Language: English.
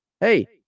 Hey